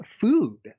food